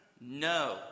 No